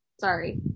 Sorry